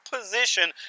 position